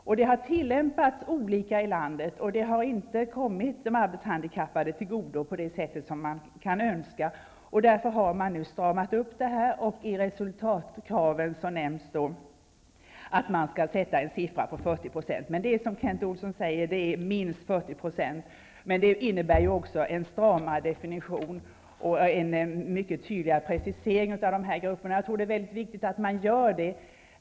Detta har tillämpats olika i olika delar av landet, och verksamheten har inte kommit de arbetshandikappade till godo på det sätt som varit önskvärt. Därför har resultatkraven stramats upp, och nu nämns 40 %. Som Kent Olsson sade, är det minst 40 %, och det innebär också en stramare definition och en mycket tydligare precisering av dessa grupper. Det är mycket viktigt att göra det.